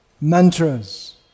mantras